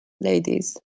ladies